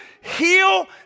heal